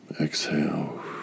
Exhale